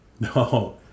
no